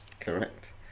Correct